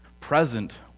present